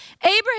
Abraham